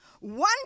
one